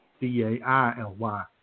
D-A-I-L-Y